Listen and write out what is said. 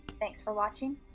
thanks for watching,